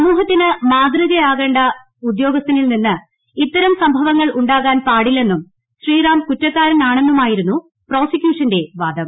സമൂഹത്തിന് മാതൃയാകേണ്ട ഉദ്യോഗസ്ഥനിൽ നിന്ന് ഇത്തരം സംഭവങ്ങൾ ഉണ്ടാകാൻ പാടില്ലെന്നും ശ്രീറാം കുറ്റക്കാരനാണെന്നുമായിരുന്നു പ്രോസിക്യൂഷന്റെ ്വാദം